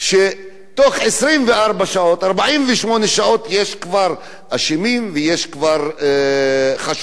שבתוך 24 שעות או 48 שעות יש כבר אשמים ויש כבר חשודים,